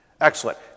Excellent